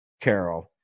Carol